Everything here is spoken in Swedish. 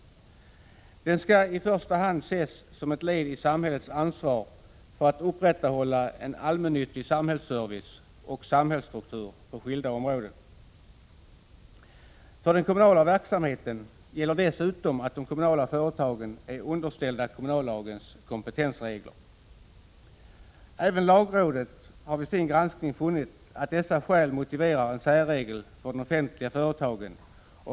Den skall i första hand ses som ett led i samhällets ansvar för att upprätthålla en allmännyttig samhällsservice och samhällsstruktur på skilda områden. För den kommunala verksamheten gäller dessutom att de kommunala företagen är underställda kommunallagens kompetensregler. Även lagrådet har vid sin granskning funnit att dessa skäl motiverar en särregel för de offentliga företagen.